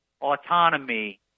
autonomy